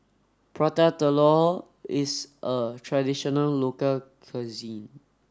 Prata Telur is a traditional local cuisine